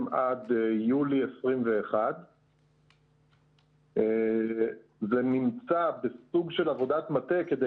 עד יולי 2021. זה נמצא בסוג של עבודת מטה כדי